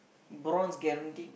bronze guaranteed